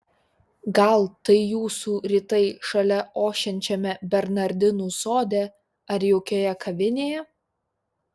gal tai jūsų rytai šalia ošiančiame bernardinų sode ar jaukioje kavinėje